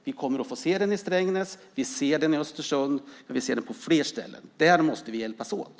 Vi kommer att få se det i Strängnäs, vi ser det i Östersund och jag vill se den på fler ställen. Där måste vi hjälpas åt.